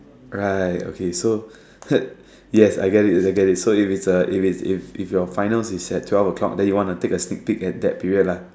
right okay so yes I get it I get it so if it's a if it's if if your finals is at twelve o-clock then you want to take a sneak peek at that period lah